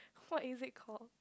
what is it call